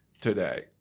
today